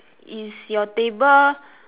is your table